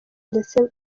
ndetse